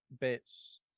bits